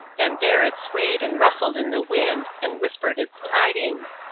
and there it swayed and rustled in the wind and whispered its tidings.